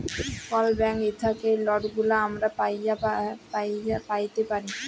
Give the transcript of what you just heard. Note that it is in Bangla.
কল ব্যাংক থ্যাইকে যে লটগুলা আমরা প্যাইতে পারি